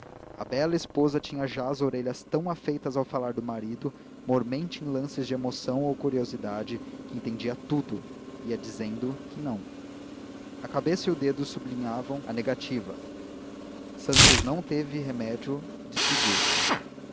a bela esposa tinha já as orelhas tão afeitas ao falar do marido mormente em lances de emoção ou curiosidade que entendia tudo e ia dizendo que não a cabeça e o dedo sublinhavam a negativa santos não teve remédio e despediu-se